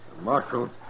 Marshal